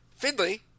Fiddly